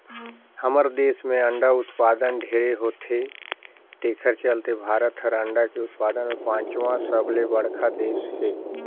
हमर देस में अंडा उत्पादन ढेरे होथे तेखर चलते भारत हर अंडा के उत्पादन में पांचवा सबले बड़खा देस हे